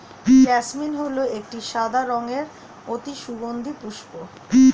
jasmine হল একটি সাদা রঙের অতি সুগন্ধি পুষ্প